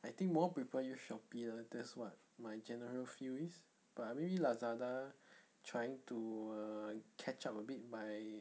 I think more people use shopee lah that's what my general feel is but maybe lazada trying to err catch up a bit by